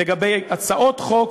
לגבי הצעות חוק